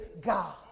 God